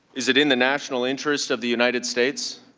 is it in the national interest of the united states?